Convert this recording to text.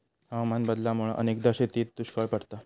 हवामान बदलामुळा अनेकदा शेतीत दुष्काळ पडता